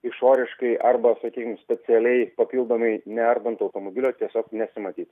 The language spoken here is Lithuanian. išoriškai arba sakykim specialiai papildomai neardant automobilio tiesiog nesimatyt